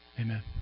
Amen